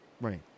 Right